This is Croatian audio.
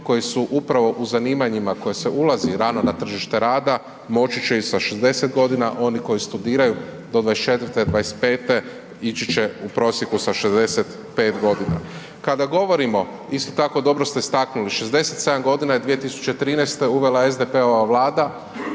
koji su upravo u zanimanjima u koje se ulazi rano na tržište rada moći će i sa 60 godina, oni koji studiraju do 24, 25 ići će u prosjeku sa 65 godina. Kada govorimo, isto tako dobro ste istaknuli, 67 godina je 2013. uvela SDP-ova Vlada,